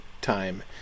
time